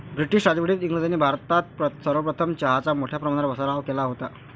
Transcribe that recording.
British राजवटीत इंग्रजांनी भारतात सर्वप्रथम चहाचा मोठ्या प्रमाणावर सराव केला होता